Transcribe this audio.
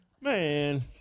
Man